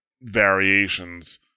variations